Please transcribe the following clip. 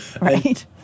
right